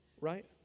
right